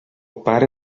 pare